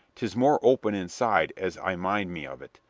tis more open inside, as i mind me of it.